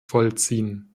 vollziehen